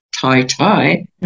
tie-tie